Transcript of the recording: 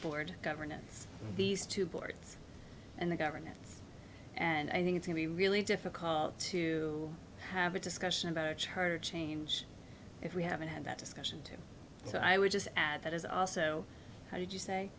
board governance these two boards and the government and i think it can be really difficult to have a discussion about her change if we haven't had that discussion so i would just add that is also how would you say